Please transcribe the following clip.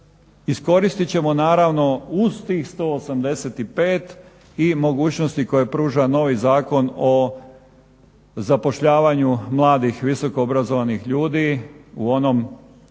Iskoristit ćemo naravno uz tih 185 i mogućnosti koje pruža novi zakon o zapošljavanju mladih visokoobrazovanih ljudi u onoj